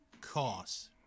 cost